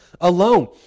alone